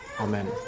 Amen